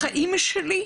החיים שלי,